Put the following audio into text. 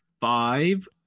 five